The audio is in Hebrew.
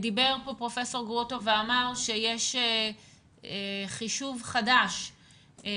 דיבר פה פרופ' גרוטו ואמר שיש נוסחה חדשה